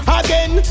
again